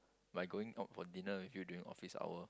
by going out for dinner with you during office hour